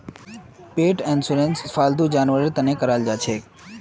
पेट insurance फालतू जानवरेर तने कराल जाछेक